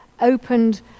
opened